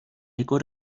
eco